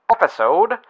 episode